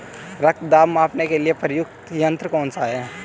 रक्त दाब मापने के लिए प्रयुक्त यंत्र कौन सा है?